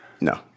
no